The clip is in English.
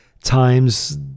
times